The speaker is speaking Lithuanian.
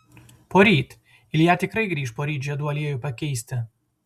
poryt ilja tikrai grįš poryt žiedų aliejui pakeisti